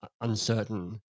uncertain